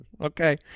Okay